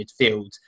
midfield